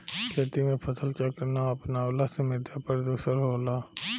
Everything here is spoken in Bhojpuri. खेती में फसल चक्र ना अपनवला से मृदा प्रदुषण होला